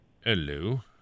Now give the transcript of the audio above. Hello